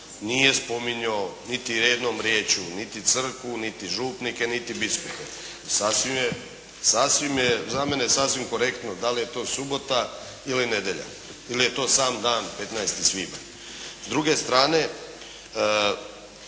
Nije spominjao niti jednom riječju niti crkvu, niti župnike niti biskupe. Sasvim je za mene korektno da li je to subota ili nedjelja ili je to sam dan 15. svibanj. S druge strane